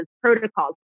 protocols